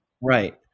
Right